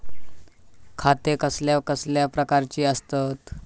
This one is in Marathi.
खाते कसल्या कसल्या प्रकारची असतत?